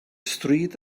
stryd